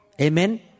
Amen